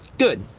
good.